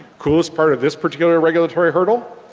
coolest part of this particular regulatory hurdle,